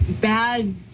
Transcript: bad